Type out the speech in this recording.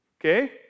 okay